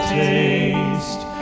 taste